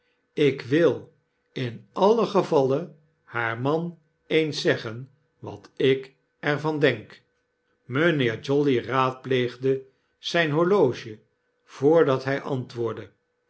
jk wil in alien gevalle haar man eens zeggen wat ik er van denk mijnheer jolly raadpleegde zyn horloge voordat hy antwoordde